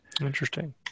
Interesting